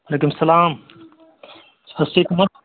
وعلیکُم اسَلام اَصٕل پٲٹھۍ